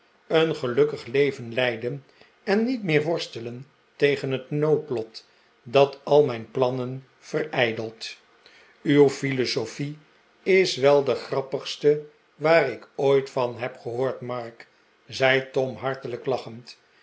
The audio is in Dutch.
een gelukkig leven leiden en niet meer worstelen tegen het noodlot dat al mijn plannen verijdelt uw philosophie is wel de grappigste waar ik ooi t van heb gehoord mark zei tom hartelijk lachend